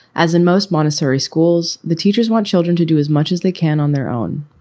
as in most montessori schools, the teachers want children to do as much as they can on their own.